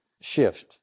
shift